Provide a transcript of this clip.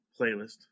playlist